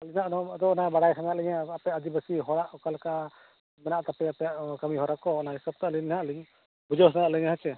ᱟᱹᱞᱤᱧ ᱫᱚ ᱟᱫᱚ ᱚᱱᱟ ᱵᱟᱲᱟᱭ ᱥᱟᱱᱟᱭᱮᱫ ᱞᱤᱧᱟ ᱟᱯᱮ ᱟᱹᱫᱤᱵᱟᱹᱥᱤ ᱦᱚᱲᱟᱜ ᱚᱠᱟ ᱞᱮᱠᱟ ᱢᱮᱱᱟᱜ ᱛᱟᱯᱮᱭᱟ ᱟᱯᱮᱭᱟᱜ ᱠᱟᱹᱢᱤ ᱦᱚᱨᱟ ᱠᱚ ᱚᱱᱟ ᱦᱤᱥᱟᱹᱵ ᱟᱹᱞᱤᱧ ᱫᱚ ᱦᱟᱜ ᱞᱤᱧ ᱵᱩᱡᱷᱟᱹᱣ ᱥᱟᱱᱟᱭᱮᱫ ᱞᱤᱧᱟ ᱦᱮᱸ ᱥᱮ